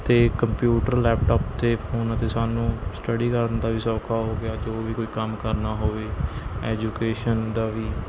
ਅਤੇ computer laptop ਅਤੇ ਫ਼ੋਨਾਂ 'ਤੇ ਸਾਨੂੰ ਸਟੱਡੀ ਕਰਨ ਦਾ ਵੀ ਸੌਖਾ ਹੋ ਗਿਆ ਜੋ ਵੀ ਕੋਈ ਕੰਮ ਕਰਨਾ ਹੋਵੇ ਐਜੂਕੇਸ਼ਨ ਦਾ ਵੀ